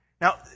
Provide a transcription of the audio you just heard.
Now